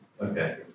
Okay